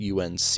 UNC